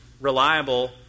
reliable